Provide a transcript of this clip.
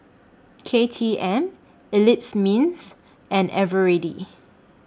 K T M Eclipse Mints and Eveready